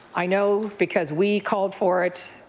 i know because we called for it,